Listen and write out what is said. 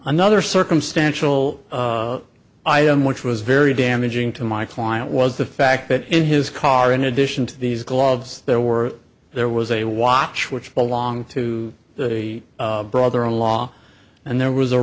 another circumstantial item which was very damaging to my client was the fact that in his car in addition to these gloves there were there was a watch which belonged to a brother in law and there was a